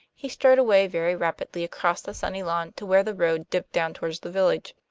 he strode away very rapidly across the sunny lawn to where the road dipped down toward the village.